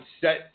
set